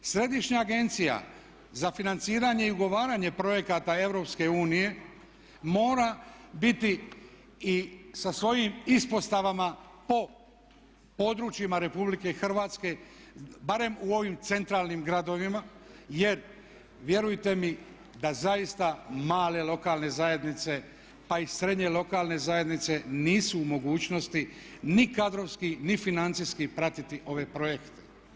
Središnja agencija za financiranje i ugovaranje projekata Europske unije mora biti i sa svojim ispostavama po područjima Republike Hrvatske barem u ovim centralnim gradovima jer vjerujte mi da zaista male lokalne zajednice pa i srednje lokalne zajednice nisu u mogućnosti ni kadrovski, ni financijski pratiti ove projekte.